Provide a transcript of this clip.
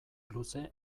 luze